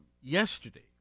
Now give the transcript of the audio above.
Yesterday